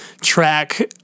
track